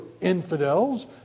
infidels